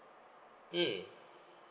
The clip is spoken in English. mm